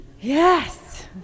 Yes